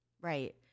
Right